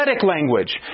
language